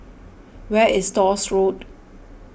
where is Stores Road